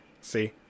See